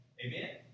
Amen